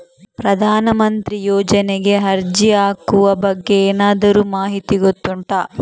ಪ್ರಧಾನ ಮಂತ್ರಿ ಯೋಜನೆಗೆ ಅರ್ಜಿ ಹಾಕುವ ಬಗ್ಗೆ ಏನಾದರೂ ಮಾಹಿತಿ ಗೊತ್ತುಂಟ?